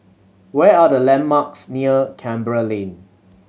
where are the landmarks near Canberra Lane